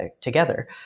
together